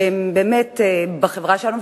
שהם באמת בחברה שלנו,